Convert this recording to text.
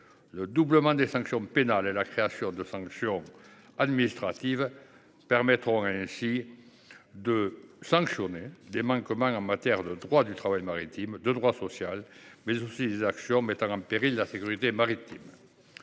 Le doublement des sanctions pénales et la création de sanctions administratives permettront de réprimer les manquements en matière de droit du travail maritime, de droit social, mais aussi les actions mettant en péril la sécurité maritime.